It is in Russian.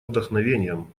вдохновением